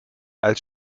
als